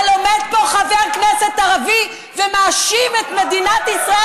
אבל עומד פה חבר כנסת ערבי ומאשים את מדינת ישראל,